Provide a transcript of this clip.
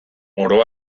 oro